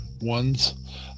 ones